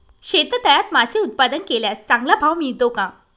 शेततळ्यात मासे उत्पादन केल्यास चांगला भाव मिळतो का?